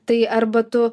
tai arba tu